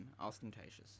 ostentatious